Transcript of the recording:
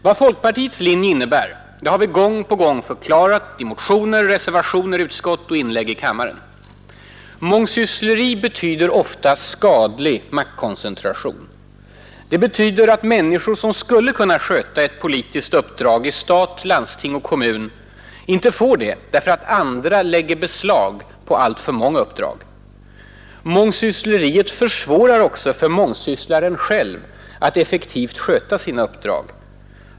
Vad folkpartiets linje innebär har vi gång på gång förklarat i motioner, reservationer och inlägg i kammaren. Mångsyssleri betyder ofta skadlig maktkoncentration. Det betyder att människor — som skulle kunna sköta ett politiskt uppdrag i stat, landsting och kommun — inte får den chansen därför att andra lägger beslag på alltför många uppdrag. Mångsyssleriet försvårar också för mångsysslaren själv att effektivt sköta sina uppdrag.